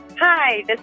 Hi